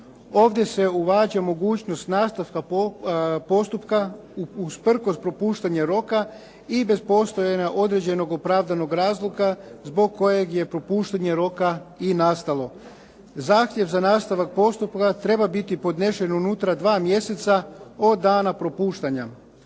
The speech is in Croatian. Ovdje se uvađa mogućnost nastavka postupka usprkos propuštanja roka i bez postojenog određenog razloga zbog kojeg je propuštanje roka i nastalo. Zahtjev za nastavak postupka treba biti podnesen unutar dva mjeseca od dana propuštanja.